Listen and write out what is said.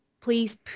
please